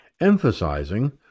emphasizing